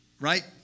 Right